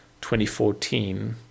2014